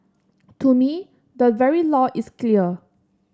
to me the very law is clear